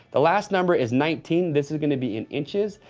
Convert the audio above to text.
the last number is nineteen, this is gonna be in inches,